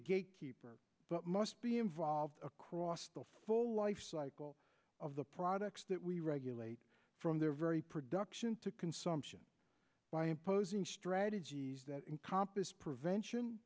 gatekeeper but must be involved across the full lifecycle of the products that we regulate from their very production to consumption by imposing strategies that in compas prevention